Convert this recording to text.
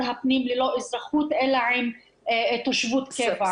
הפנים ללא אזרחות אלא עם תושבות קבע.